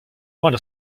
want